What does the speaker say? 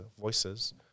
voices